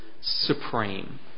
supreme